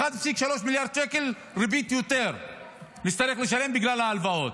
עוד 1.3 מיליארד שקל ריבית נצטרך לשלם בגלל ההלוואות.